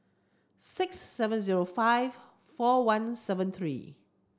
six seven zero five four one seven three